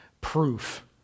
Proof